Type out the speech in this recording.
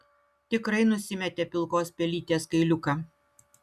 tikrai nusimetė pilkos pelytės kailiuką